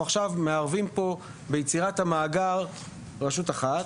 עכשיו מערבים פה ביצירת המאגר רשות אחת,